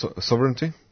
sovereignty